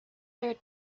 third